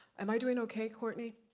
am i doing okay, cortney?